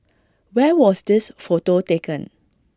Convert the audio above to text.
where was this photo taken